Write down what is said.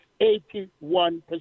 81%